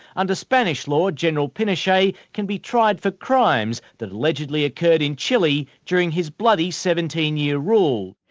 under spanish law, general pinochet can be tried for crimes that allegedly occurred in chile during his bloody seventeen year rule.